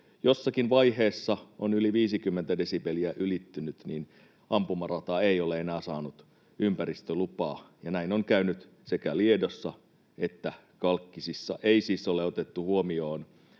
jossakin vaiheessa on 50 desibeliä ylittynyt, niin ampumarata ei ole enää saanut ympäristölupaa, ja näin on käynyt sekä Liedossa että Kalkkisissa. Ei siis ole otettu huomioon,